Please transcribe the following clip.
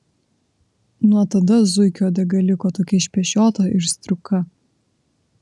nuo tada zuikio uodega liko tokia išpešiota ir striuka